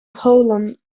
poland